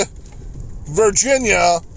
Virginia